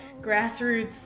grassroots